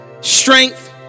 strength